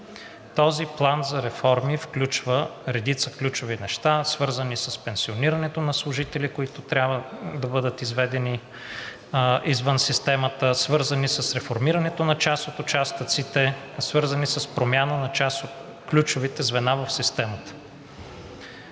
Този план за реформи включва редица ключови неща, свързани с пенсионирането на служители, които трябва да бъдат изведени извън системата, свързани с реформирането на част от участъците, свързани с промяна на част от ключовите звена в системата.